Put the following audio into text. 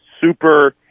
super